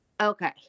Okay